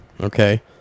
okay